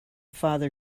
father